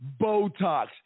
Botox